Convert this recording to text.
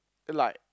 like